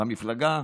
במפלגה